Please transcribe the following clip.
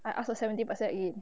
I ask for seventy percent in